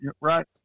right